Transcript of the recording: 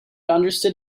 understood